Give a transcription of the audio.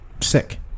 sick